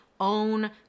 own